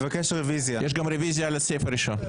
יש רוויזיה גם על הסעיף הראשון.